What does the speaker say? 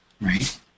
right